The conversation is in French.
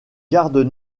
gardes